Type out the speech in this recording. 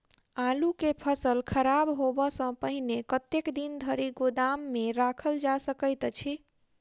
आलु केँ फसल खराब होब सऽ पहिने कतेक दिन धरि गोदाम मे राखल जा सकैत अछि?